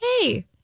hey